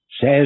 says